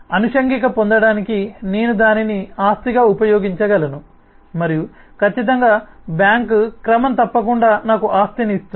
అనుషంగిక పొందడానికి నేను దానిని ఆస్తిగా ఉపయోగించగలను మరియు ఖచ్చితంగా బ్యాంక్ క్రమం తప్పకుండా నాకు ఆసక్తిని ఇస్తుంది